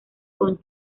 con